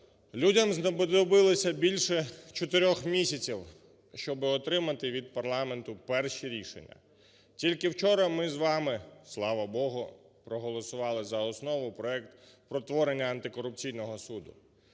людям знадобилося більше чотирьох місяців, щоб отримати від парламенту перші рішення. Тільки вчора ми з вами, слава Богу, проголосували за основу проект про творення антикорупційного суду.